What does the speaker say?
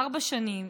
ארבע שנים,